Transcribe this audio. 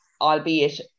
Albeit